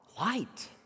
light